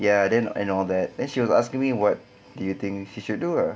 ya then and all that then she was asking me what do you think she should do ah